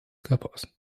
körpers